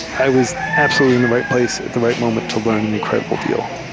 i was absolutely in the right place at the right moment to learn an incredible deal,